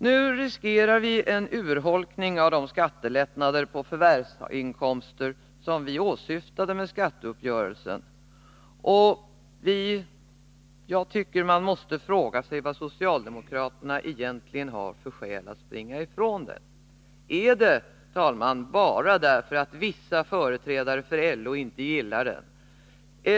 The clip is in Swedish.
Nu riskerar vi en urholkning av de skattelättnader på förvärvsinkomster som vi åsyftade med skatteuppgörelsen. Och man måste fråga sig vad socialdemokraterna egentligen har för skäl att springa ifrån denna. Är det, herr talman, bara därför att vissa företrädare för LO inte gillar den?